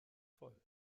voll